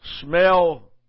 Smell